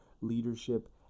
leadership